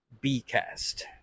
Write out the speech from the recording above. B-Cast